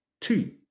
Two